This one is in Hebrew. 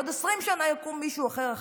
בעוד 20 שנה יקום מישהו אחר.